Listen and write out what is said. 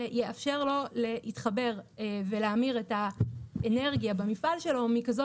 זה יאפשר לו להתחבר ולהמיר את האנרגיה במפעל שלו מכזו